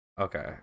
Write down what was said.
Okay